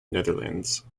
netherlands